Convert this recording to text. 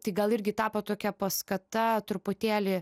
tai gal irgi tapo tokia paskata truputėlį